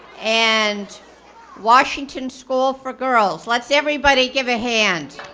and washington school for girls. let's everybody give a hand.